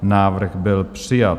Návrh byl přijat.